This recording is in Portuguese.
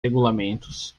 regulamentos